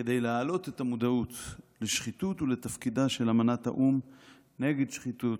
כדי להעלות את המודעות לשחיתות ולתפקידה של אמנת האו"ם נגד שחיתות,